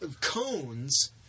cones